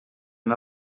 and